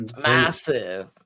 Massive